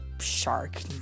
shark